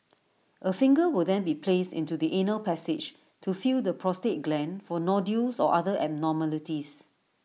A finger will then be placed into the anal passage to feel the prostate gland for nodules or other abnormalities